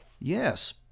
Yes